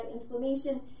inflammation